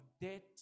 debt